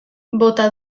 bota